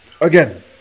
Again